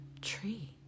tree